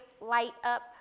light-up